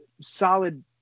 solid